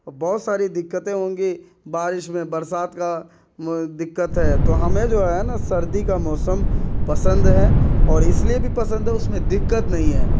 اور بہت ساری دقتیں ہوں گی بارش میں برسات کا دقت ہے تو ہمیں جو ہے نا سردی کا موسم پسند ہے اور اس لیے بھی پسند ہے اس میں دقت نہیں ہے